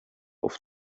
auf